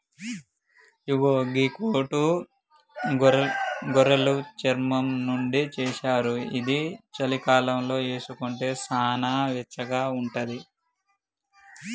ఇగో గీ కోటు గొర్రెలు చర్మం నుండి చేశారు ఇది చలికాలంలో వేసుకుంటే సానా వెచ్చగా ఉంటది